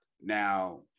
Now